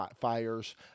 fires